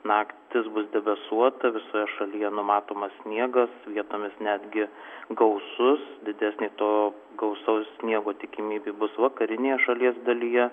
naktis bus debesuota visoje šalyje numatomas sniegas vietomis netgi gausus didesnė to gausaus sniego tikimybė bus vakarinėje šalies dalyje